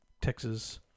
Texas